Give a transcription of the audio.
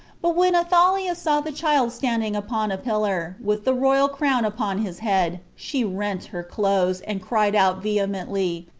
but when athaliah saw the child standing upon a pillar, with the royal crown upon his head, she rent her clothes, and cried out vehemently,